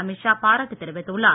அமித்ஷா பாராட்டு தெரிவித்துள்ளார்